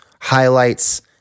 highlights